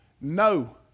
No